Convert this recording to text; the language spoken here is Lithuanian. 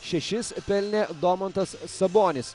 šešis pelnė domantas sabonis